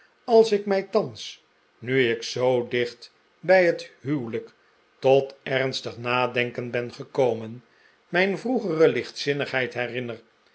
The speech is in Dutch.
als ik mij thans nu ik zoo dicht bij het huwelijk tot ernstig nadenken ben gekomen mijn vroegere lichtzinnigheid